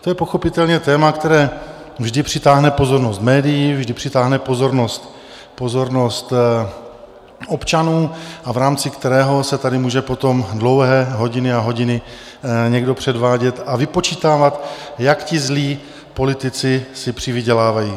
To je pochopitelně téma, které vždy přitáhne pozornost médií, vždy přitáhne pozornost občanů a v rámci kterého se tady může potom dlouhé hodiny a hodiny někdo předvádět a vypočítávat, jak si ti zlí politici přivydělávají.